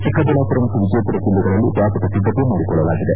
ಚಿಕ್ಕಬಳ್ಳಾಪುರ ಮತ್ತು ವಿಜಯಪುರ ಜಿಲ್ಲೆಗಳಲ್ಲಿ ವ್ಯಾಪಕ ಸಿದ್ದತೆ ಮಾಡಿಕೊಳ್ಳಲಾಗಿದೆ